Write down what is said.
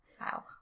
wow